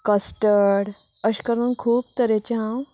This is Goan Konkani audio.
कस्टर्ड अशें करून खूब तरेचें हांव